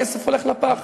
הכסף הולך לפח,